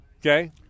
Okay